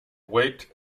weight